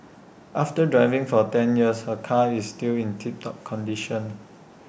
after driving for ten years her car is still in tip top condition